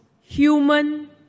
human